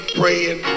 praying